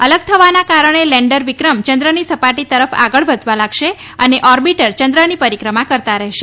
અલગ થવાના કારણે લેન્ડર વિક્રમ ચંદ્રની સપાટી તરફ આગળ વધવા લાગશે અને ઓર્બિટર ચંદ્રની પરિક્રમા કરતાં રહેશે